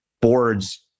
boards